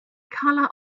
color